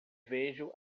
vejo